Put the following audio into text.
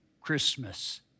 Christmas